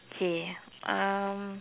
okay um